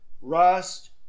rust